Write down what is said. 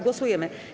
Głosujemy.